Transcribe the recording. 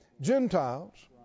Gentiles